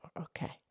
Okay